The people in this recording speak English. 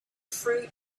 fruit